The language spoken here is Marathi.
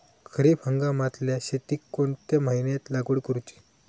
खरीप हंगामातल्या शेतीक कोणत्या महिन्यात लागवड करूची?